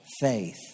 faith